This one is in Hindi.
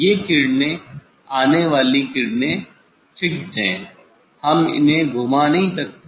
ये किरणें आने वाली किरणें फिक्स्ड हैं हम इन्हे घुमा नहीं सकते